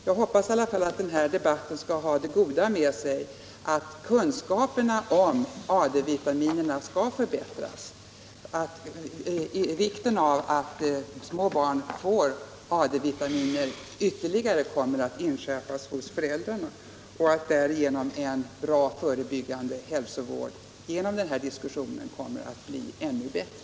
Jag hoppas i alla fall att den här debatten skall föra det goda med sig att kunskapen om AD-vitaminerna förbättras, att vikten av att små barn får AD vitaminer ytterligare inskärps hos föräldrarna och att därigenom en bra förebyggande hälsovård kommer att bli ännu bättre.